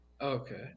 Okay